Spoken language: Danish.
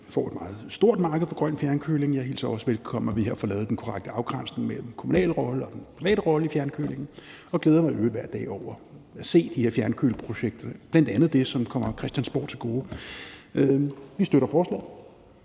får et meget stort marked for grøn fjernkøling. Jeg hilser det også velkommen, at vi her får lavet den korrekte afgrænsning mellem den kommunale rolle og den private rolle i forhold til fjernkøling, og jeg glæder mig i øvrigt hver dag over at se de her fjernkølingsprojekter, bl.a. det, som kommer Christiansborg til gode. Vi støtter forslaget.